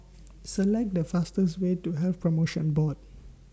Select The fastest Way to Health promotion Board